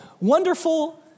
wonderful